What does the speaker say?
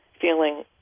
feeling